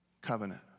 covenant